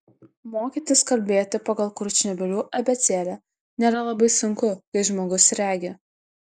mokytis kalbėti pagal kurčnebylių abėcėlę nėra labai sunku kai žmogus regi